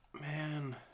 Man